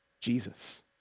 Jesus